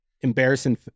embarrassing